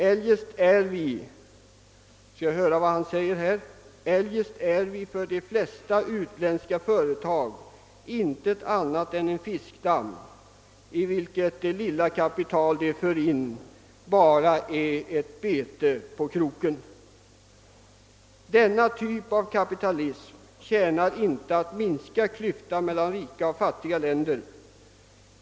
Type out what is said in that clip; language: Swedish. Eljest är vi» — vi skall höra vad han säger här — »för de flesta utländska företag intet annat än en fiskdamm, i vilken det lilla kapital de för in bara är betet på kroken. ——— Denna typ av kapitalism tjänar inte att minska klyftan mellan rika och fattiga länder.